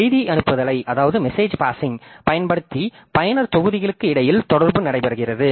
செய்தி அனுப்புதலைப் பயன்படுத்தி பயனர் தொகுதிகளுக்கு இடையில் தொடர்பு நடைபெறுகிறது